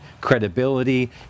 credibility